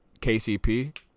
KCP